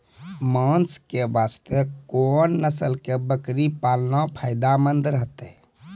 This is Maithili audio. मांस के वास्ते कोंन नस्ल के बकरी पालना फायदे मंद रहतै?